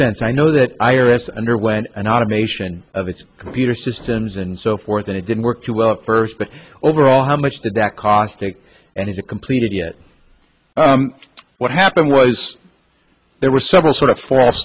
sense i know that iris underwent an automation of its computer systems and so forth and it didn't work too well first but overall how much did that caustic and he's a complete idiot what happened was there were several sort of false